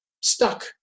stuck